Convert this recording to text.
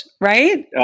right